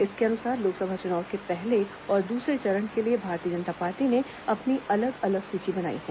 इसके अनुसार लोकसभा चुनाव के पहले और दूसरे चरण के लिए भारतीय जनता पार्टी ने अपनी अलग अलग सूची बनाई है